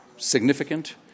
significant